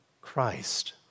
Christ